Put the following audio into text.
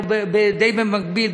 או די במקביל,